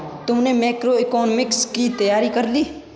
तुमने मैक्रोइकॉनॉमिक्स की तैयारी कर ली?